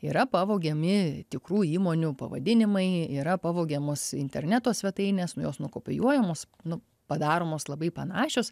yra pavogiami tikrų įmonių pavadinimai yra pavogiamos interneto svetainės nu jos nukopijuojamos nu padaromos labai panašios